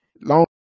long